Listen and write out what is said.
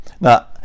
now